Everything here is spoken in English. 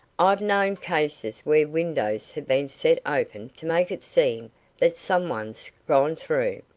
i've known cases where windows have been set open to make it seem that some one's gone through.